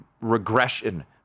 regression